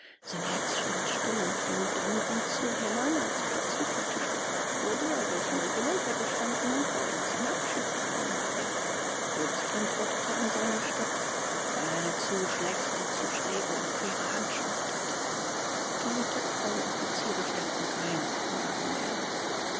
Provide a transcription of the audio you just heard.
sein herz stand still und fing dann an zu hämmern als plötzlich bei tisch gefragt wurde bei welchem regiment er gestanden und warum er seinen abschied genommen habe jobst antwortete an seiner statt weil er eine zu schlechte zu schräge und quere handschrift hatte die taktvollen offiziere stellten keine fragen mehr